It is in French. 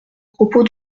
propos